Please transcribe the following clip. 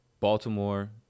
Baltimore